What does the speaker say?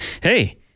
Hey